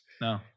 No